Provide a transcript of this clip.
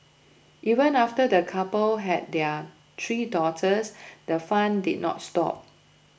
even after the couple had their three daughters the fun did not stop